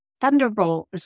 thunderbolt